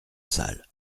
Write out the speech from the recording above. salle